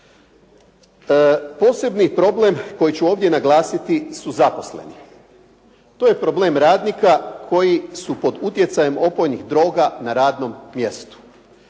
Posebni problem koji ću ovdje naglasiti su zaposleni. To je problem radnika koji su pod utjecajem opojnih droga na radnom mjestu.